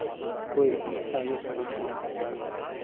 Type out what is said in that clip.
कोई भी हिसाबे करना हो